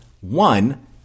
one